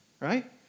right